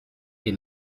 est